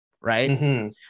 right